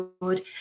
good